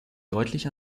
deutlich